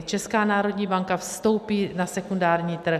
Česká národní banka vstoupí na sekundární trh.